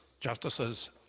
Justices